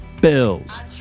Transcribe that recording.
Bills